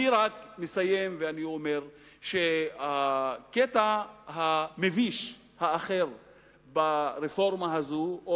אני רק מסיים ואומר שהקטע המביש האחר ברפורמה הזו או